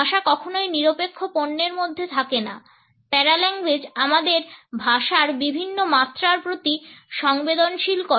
ভাষা কখনই নিরপেক্ষ পণ্যের মধ্যে থাকে না প্যারাল্যাঙ্গুয়েজ আমাদের ভাষার বিভিন্ন মাত্রার প্রতি সংবেদনশীল করে